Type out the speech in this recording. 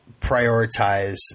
prioritize